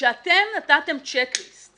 כשאתם נתתם צ'ק ליסט